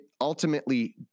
ultimately